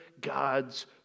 God's